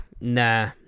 Nah